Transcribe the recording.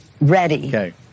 ready